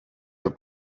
the